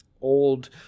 old